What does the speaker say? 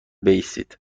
بایستید